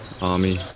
army